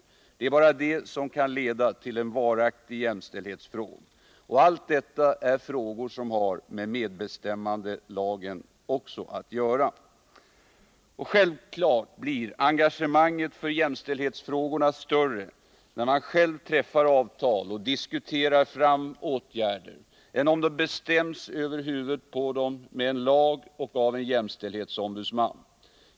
Det är bara detta som kan leda till en varaktig jämställdhet. Och allt detta är frågor som också har med medbestämmandelagen att göra. Självfallet blir engagemanget för jämställdhetsfrågor större, när man själv träffar avtal och diskuterar fram åtgärder, än om de bestäms över huvudet på en med en lag och av en jämställdhetsombudsman.